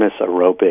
aerobic